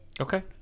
Okay